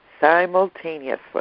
simultaneously